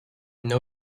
know